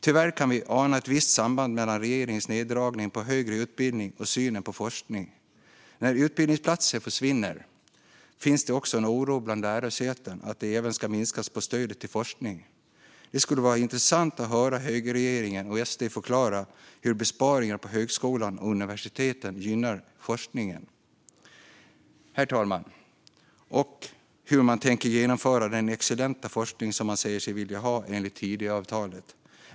Tyvärr kan vi ana ett visst samband mellan regeringens neddragning på högre utbildning och synen på forskning. När utbildningsplatser försvinner finns en oro bland lärosätena att även stödet till forskningen ska minskas. Det skulle vara intressant att höra högerregeringen och SD förklara hur besparingen på högskolor och universitet gynnar forskningen och hur man tänker genomföra den excellenta forskning som man säger sig vilja ha enligt Tidöavtalet.